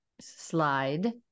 slide